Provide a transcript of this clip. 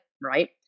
Right